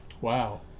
Wow